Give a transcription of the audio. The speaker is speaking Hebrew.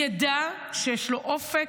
ידע שיש לו אופק,